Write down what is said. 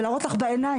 ולהראות לך בעיניים.